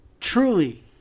Truly